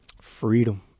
Freedom